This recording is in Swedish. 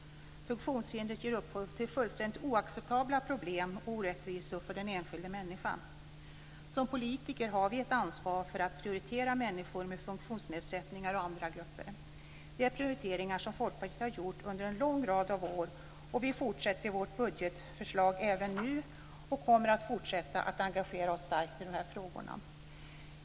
Funktionshindret ger upphov till fullständigt oacceptabla problem och orättvisor för den enskilda människan. Som politiker har vi ett ansvar för att prioritera människor med funktionsnedsättningar och andra grupper. Det är prioriteringar som Folkpartiet har gjort under en lång rad av år, och vi fortsätter i vårt budgetförslag även nu och kommer att fortsätta att engagera oss starkt i dessa frågor.